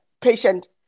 patient